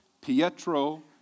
Pietro